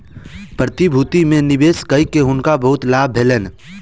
प्रतिभूति में निवेश कय के हुनका बहुत लाभ भेलैन